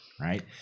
right